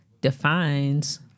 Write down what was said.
defines